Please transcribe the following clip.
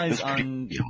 on